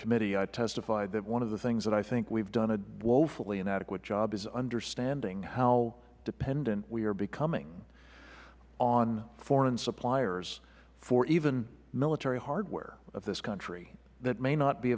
committee i testified that one of the things that i think we have done a woefully inadequate job on is understanding how dependent we are becoming on foreign suppliers for even the military hardware of this country that may not be